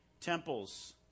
temples